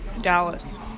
Dallas